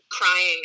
crying